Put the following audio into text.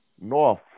North